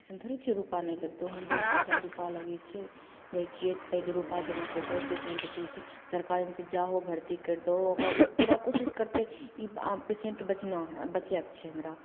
अइसन थोड़े छै रुपा नहि लगतै ओहाँ बहुत जादा रुपा लागै छै होइ छिए तऽ पहिले रुपा जमा करि दहो पेशेन्ट अथी होइ छै सरकारीमे तऽ जाहो भरती करि दहो अपन ओ पूरा कोशिश करतै ई आब पेशेन्ट बचना हइ बचैके छै हमरा